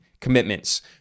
commitments